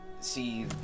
see